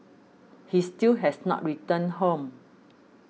he still has not returned home